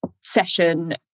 session